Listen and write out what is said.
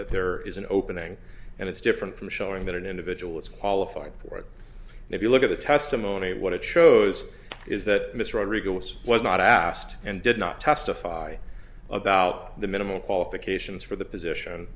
that there is an opening and it's different from showing that an individual is qualified for it and if you look at the testimony what it shows is that mr rodriguez was not asked and did not testify about the minimal qualifications for the position